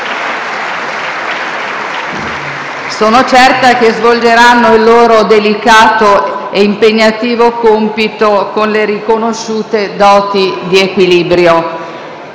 Sono certa che svolgeranno il loro delicato e impegnativo compito con le riconosciute doti di equilibrio.